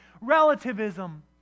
relativism